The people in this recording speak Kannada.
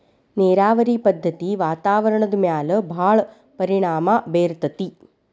ನೇರಾವರಿ ಪದ್ದತಿ ವಾತಾವರಣದ ಮ್ಯಾಲ ಭಾಳ ಪರಿಣಾಮಾ ಬೇರತತಿ